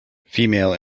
female